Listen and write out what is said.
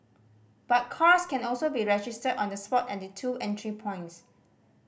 but cars can also be registered on the spot at the two entry points